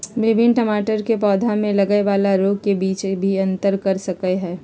विभिन्न टमाटर के पौधा में लगय वाला रोग के बीच भी अंतर कर सकय हइ